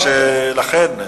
אכן,